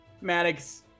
Maddox